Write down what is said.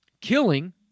Killing